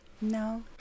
No